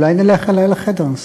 אולי נלך אלי לחדר,